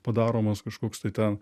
padaromas kažkoks tai ten